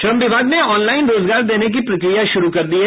श्रम विभाग ने ऑनलाइन रोजगार देने की प्रक्रिया शुरू कर दी है